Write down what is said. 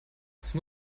sie